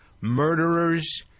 murderers